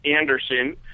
Anderson